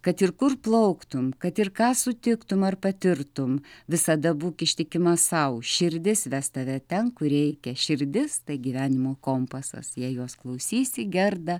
kad ir kur plauktum kad ir ką sutiktum ar patirtum visada būk ištikima sau širdis ves tave ten kur reikia širdis tai gyvenimo kompasas jei jos klausysi gerda